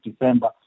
December